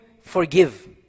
forgive